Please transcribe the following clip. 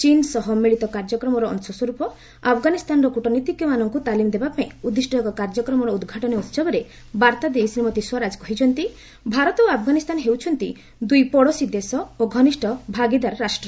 ଚୀନ୍ ସହ ମିଳିତ କାର୍ଯ୍ୟକ୍ରମର ଅଂଶସ୍ୱରୂପ ଆଫଗାନିସ୍ତାନର କୂଟନୀତିଜ୍ଞମାନଙ୍କୁ ତାଲିମ୍ ଦେବାପାଇଁ ଉଦ୍ଦିଷ୍ଟ ଏକ କାର୍ଯ୍ୟକ୍ରମର ଉଦ୍ଘାଟନୀ ଉହବରେ ବାର୍ତ୍ତା ଦେଇ ଶ୍ରୀମତୀ ସ୍ୱରାଜ କହିଛନ୍ତି ଭାରତ ଓ ଆଫଗାନିସ୍ତାନ ହେଉଛନ୍ତି ଦୁଇ ପଡ଼ୋଶୀ ଦେଶ ଓ ଘନିଷ୍ଠ ଭାଗିଦାର ରାଷ୍ଟ୍ର